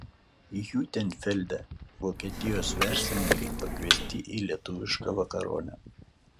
hiutenfelde vokietijos verslininkai pakviesti į lietuvišką vakaronę